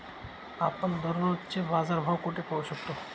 आपण दररोजचे बाजारभाव कोठे पाहू शकतो?